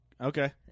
Okay